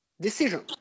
decision